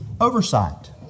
oversight